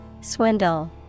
Swindle